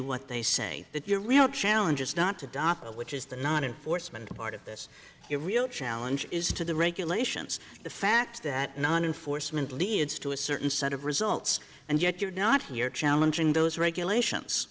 what they say that your real challenge is not to dot which is the not enforcement part of this the real challenge is to the regulations the fact that non enforcement leads to a certain set of results and yet you're not here challenging those regulations